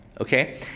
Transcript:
Okay